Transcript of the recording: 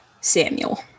samuel